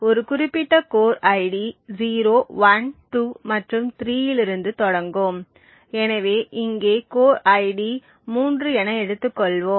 ஒரு குறிப்பிட்ட core ID 0 1 2 மற்றும் 3 இலிருந்து தொடங்கும் எனவே இங்கே கோர் ஐடி 3 என எடுத்துக்கொள்வோம்